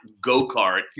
go-kart